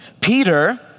Peter